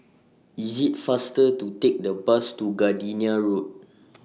IS IT faster to Take The Bus to Gardenia Road